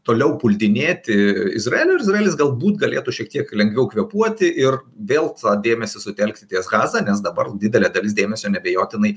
toliau puldinėti izraelio ir izraelis galbūt galėtų šiek tiek lengviau kvėpuoti ir vėl tą dėmesį sutelkti ties gaza nes dabar didelė dalis dėmesio neabejotinai